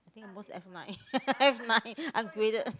I think at most F nine F nine ungraded